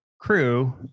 crew